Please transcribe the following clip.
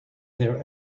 their